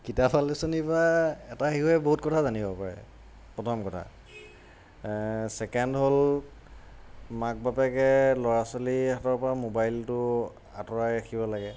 কিতাপ আলোচনীৰপৰা এটা শিশুৱে বহুত কথা জানিব পাৰে প্ৰথম কথা ছেকেণ্ড হ'ল মাক বাপেকে ল'ৰা ছোৱালী হাতৰপৰা মোবাইলটো আঁতৰাই ৰাখিব লাগে